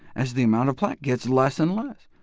as the amount of plaque gets less and less.